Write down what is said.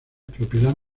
propiedad